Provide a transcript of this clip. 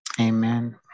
Amen